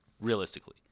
realistically